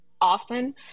often